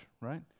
right